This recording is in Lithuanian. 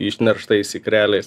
išnerštais ikreliais